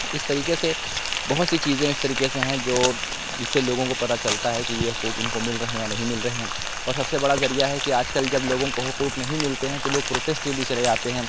اِس طریقے سے بہت سی چیزیں اِس طریقے سے ہیں جو جس سے لوگوں کو پتا چلتا ہے کہ یہ حقوق اِن کو مل رہے ہیں یا نہیں مل رہے ہیں اور سب سے بڑا ذریعہ ہے کہ آج کل جب لوگوں کو حقوق نہیں ملتے ہیں تو لوگ پروٹیسٹ کے پیچھے چلے جاتے ہیں